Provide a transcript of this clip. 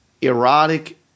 erotic